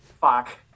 fuck